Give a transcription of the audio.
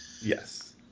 Yes